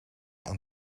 aan